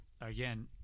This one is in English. Again